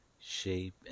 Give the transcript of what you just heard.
Shape